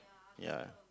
ya